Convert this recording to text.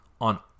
on